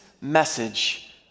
message